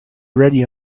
ready